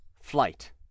flight